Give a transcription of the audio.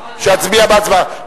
בהצבעה?